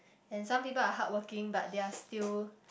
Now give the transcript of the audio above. and some people are hardworking but they're still